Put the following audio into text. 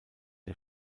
der